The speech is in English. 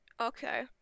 Okay